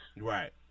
Right